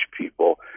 people